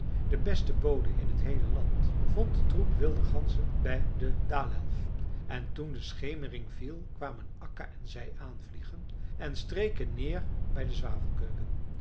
de beste bode in t heele land vond den troep wilde ganzen bij de dalelf en toen de schemering viel kwamen akka en zij aanvliegen en streken neer bij de